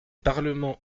parlements